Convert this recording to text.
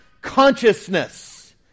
consciousness